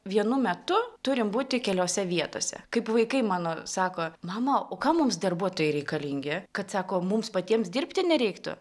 vienu metu turim būti keliose vietose kaip vaikai mano sako mama o kam mums darbuotojai reikalingi kad sako mums patiems dirbti nereiktų